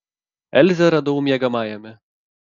elzę radau miegamajame